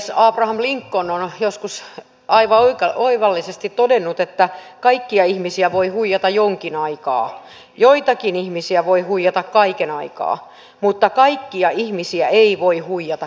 abraham lincoln on joskus aivan oivallisesti todennut että kaikkia ihmisiä voi huijata jonkin aikaa joitakin ihmisiä voi huijata kaiken aikaa mutta kaikkia ihmisiä ei voi huijata kaiken aikaa